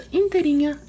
inteirinha